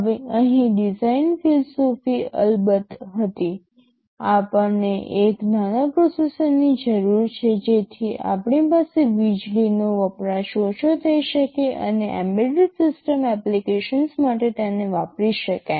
હવે અહીં ડિઝાઇન ફિલસૂફી અલબત્ત હતી આપણને એક નાના પ્રોસેસરની જરૂર છે જેથી આપણી પાસે વીજળીનો વપરાશ ઓછો થઈ શકે અને એમ્બેડેડ સિસ્ટમ્સ એપ્લિકેશન માટે તેને વાપરી શકાય